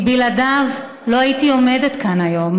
בלעדיו לא הייתי עומדת כאן היום,